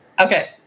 Okay